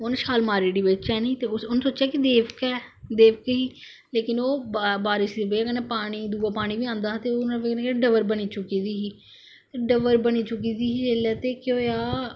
छाल मारी ओड़ी बिच है नी उनें सोचया कि देवका ही लेकिन ओह् बारिश दी बजह कन्नै दूआ पानी बी आंदा हा ते ओह् ओहदी बजह कन्नै जरह बनी चुकी दी ही डबर बनी चुकी दी ही जिसलै ते केह् होआ